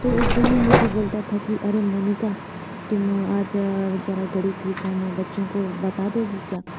तो उस दिन वो मुझे बोलता था कि अरे मौनिका तुम आज जरा गणित विषय में बच्चों को बता दोगी क्या